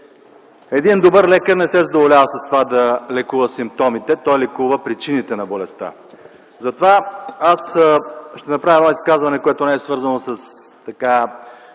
Един добър лекар не се задоволява с това да лекува симптомите, той лекува причините за болестта. Затова аз ще направя едно изказване, което не е свързано с